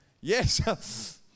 Yes